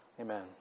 Amen